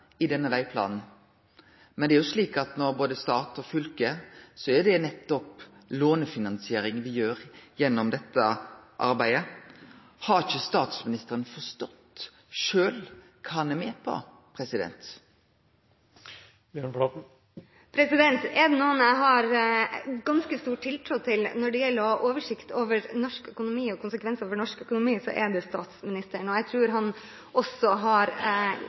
i denne vegplanen. Både stat og fylke lånefinansierer vegarbeidet. Har ikkje statsministeren forstått sjølv kva han er med på? Er det noen jeg har ganske stor tiltro til når det gjelder å ha oversikt over norsk økonomi og konsekvensene for den, er det statsministeren. Jeg tror han også har